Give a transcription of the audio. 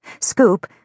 Scoop